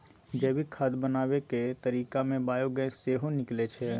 जैविक खाद बनाबै केर तरीका मे बायोगैस सेहो निकलै छै